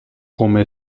come